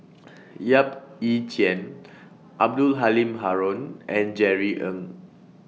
Yap Ee Chian Abdul Halim Haron and Jerry Ng